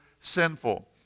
Sinful